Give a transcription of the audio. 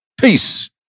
Peace